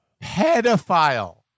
pedophile